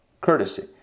courtesy